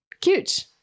Cute